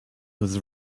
was